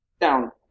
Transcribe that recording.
down